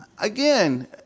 Again